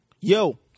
Yo